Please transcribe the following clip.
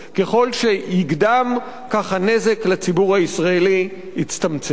ככל שיקדם, כך הנזק לציבור הישראלי יצטמצם.